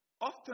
Often